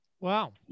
Wow